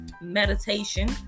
meditation